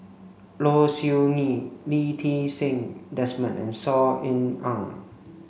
Low Siew Nghee Lee Ti Seng Desmond and Saw Ean Ang